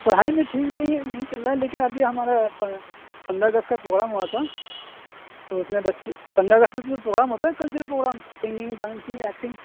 پڑھائی میں ٹھیک ہی نہیں چل رہا لیکن ابھی ہمارا پہ پندرہ اگست کا پروغرام ہوا تھا تو اس میں بچے پندرہ اگست میں بھی جو پروگرام ہوتا ہے cultural programme singing dancing acting